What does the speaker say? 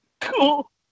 Cool